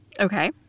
Okay